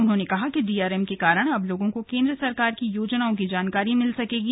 उन्होंने कहा कि डीआरएम के कारण अब लोगों को केन्द्र सरकार की योजनाओं की जानकारी मिल सकेगा